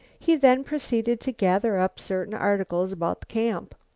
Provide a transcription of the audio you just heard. he then proceeded to gather up certain articles about camp.